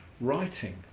writing